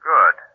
Good